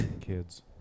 kids